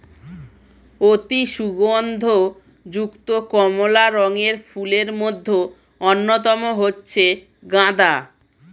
অতি সুগন্ধ যুক্ত কমলা রঙের ফুলের মধ্যে অন্যতম হচ্ছে গাঁদা